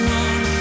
one